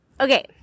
okay